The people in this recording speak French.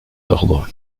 ordre